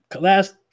last